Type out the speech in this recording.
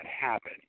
happen